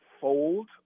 fold